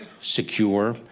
secure